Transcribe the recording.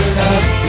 love